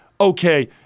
okay